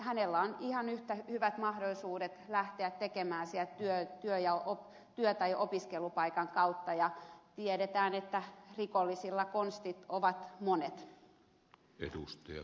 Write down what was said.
hänellä on ihan yhtä hyvät mahdollisuudet lähteä tekemään rikoksia sieltä työ tai opiskelupaikan kautta ja tiedetään että rikollisilla konstit ovat monet